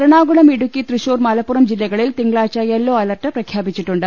എറണാകുളം ഇടുക്കി തൃശൂർ മല്പ്പുറം ജില്ലകളിൽ തിങ്കളാഴ്ച്ച yellow alert പ്രഖ്യാപിച്ചിട്ടുണ്ട്